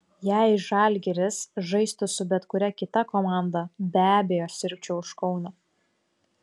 jei žalgiris žaistų su bet kuria kita komanda be abejo sirgčiau už kauną